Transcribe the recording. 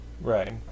Right